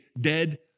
dead